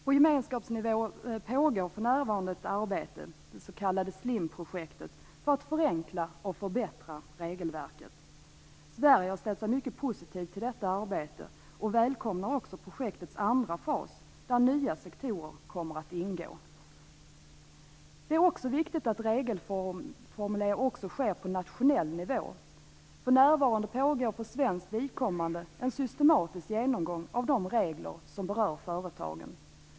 På gemenskapsnivå pågår för närvarande ett arbete, det s.k. SLIM-projektet, för att förenkla och förbättra regelverket. Sverige har ställt sig mycket positivt till detta arbete och välkomnar också projektets andra fas där nya sektorer kommer att ingå. Det är också viktigt att regelformuleringar också sker på nationell nivå. För närvarande pågår för svenskt vidkommande en systematisk genomgång av de regler som berör företagen.